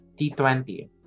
T20